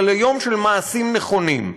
אלא ליום של מעשים נכונים.